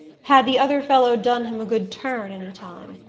had the other fellow done him a good turn any time?